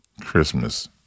Christmas